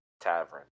tavern